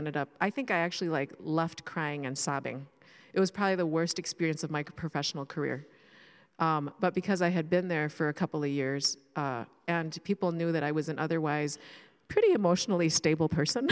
ended up i think i actually like left crying and sobbing it was probably the worst experience of my professional career but because i had been there for a couple of years and people knew that i was an otherwise pretty emotionally stable person